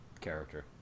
character